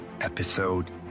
Episode